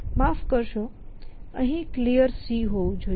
માફ કરશો અહીં Clear હોવું જોઈએ